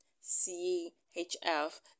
C-H-F